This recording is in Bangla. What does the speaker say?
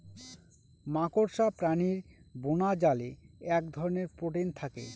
মাকড়সা প্রাণীর বোনাজালে এক ধরনের প্রোটিন থাকে